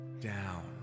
down